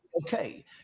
okay